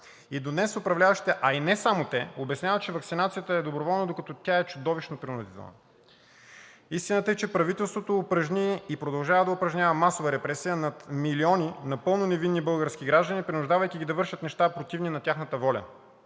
И до днес управляващите, а и не само те, обясняват, че ваксинацията е доброволна, докато тя е чудовищно принудителна. Истината е, че правителството упражни и продължава да упражнява масова репресия над милиони напълно невинни български граждани, принуждавайки ги да вършат неща, противни на тяхната воля.